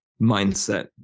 mindset